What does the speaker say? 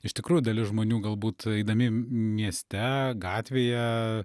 iš tikrųjų dalis žmonių galbūt eidami mieste gatvėje